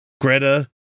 Greta